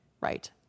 Right